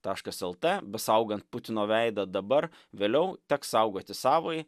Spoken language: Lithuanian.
taškas lt besaugant putino veidą dabar vėliau teks saugoti savąjį